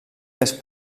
més